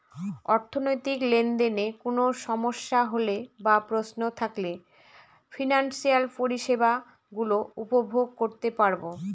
অর্থনৈতিক লেনদেনে কোন সমস্যা হলে বা প্রশ্ন থাকলে ফিনান্সিয়াল পরিষেবা গুলো উপভোগ করতে পারবো